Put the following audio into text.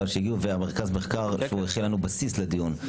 שהגיעו ומרכז המחקר שהכין לנו בסיס לדיון.